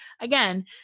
again